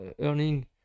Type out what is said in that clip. earning